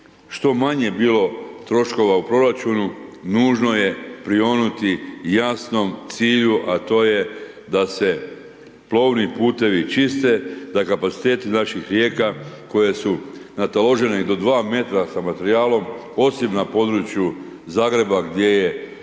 što manje bilo troškova u proračunu, nužno je prionuti jasnom cilju, a to je da se plovni putevi čiste, da kapaciteti naših rijeka koje su nataložene do 2m sa materijalom, osim na području Zagreba gdje je